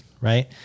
Right